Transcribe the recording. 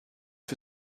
für